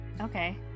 Okay